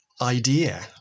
idea